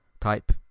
type